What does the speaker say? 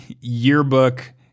yearbook